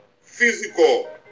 physical